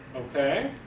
okay?